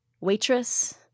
Waitress